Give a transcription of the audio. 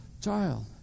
child